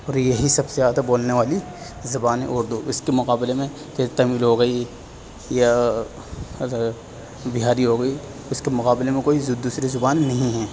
اور یہی سب سے زیادہ بولنے والی زبان ہیں اردو اس کے مقابلے میں جیسے تمل ہو گئی یا بِہاری ہو گئی اس کے مقابلے میں کوئی دوسری زبان نہیں ہیں